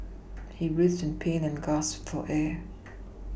he writhed in pain and gasped for air